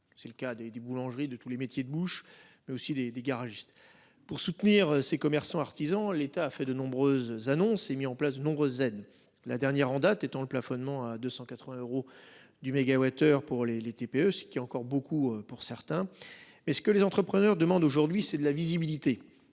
C'est le cas des des boulangeries de tous les métiers de bouche, mais aussi des des garagistes pour soutenir ces commerçants artisans. L'État a fait de nombreuses annonces et mis en place de nombreuses. La dernière en date étant le plafonnement à 280 euros du MWh pour les les TPE, ce qu'il y a encore beaucoup pour certains, mais ce que les entrepreneurs demande aujourd'hui, c'est de la visibilité.